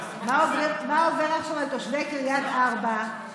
מה עובר עכשיו על תושבי קריית ארבע,